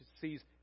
sees